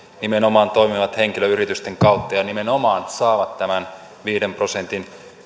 nimenomaan toimivat henkilöyritysten kautta ja ja nimenomaan saavat tämän viiden prosentin